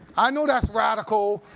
i know that's radical.